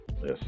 Yes